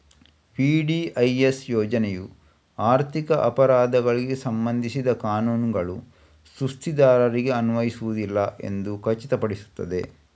VDIS ಯೋಜನೆಯು ಆರ್ಥಿಕ ಅಪರಾಧಗಳಿಗೆ ಸಂಬಂಧಿಸಿದ ಕಾನೂನುಗಳು ಸುಸ್ತಿದಾರರಿಗೆ ಅನ್ವಯಿಸುವುದಿಲ್ಲ ಎಂದು ಖಚಿತಪಡಿಸುತ್ತದೆ